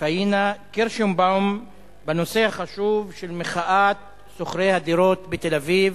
פניה קירשנבאום בנושא החשוב של מחאת שוכרי הדירות בתל-אביב,